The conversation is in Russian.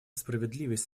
справедливость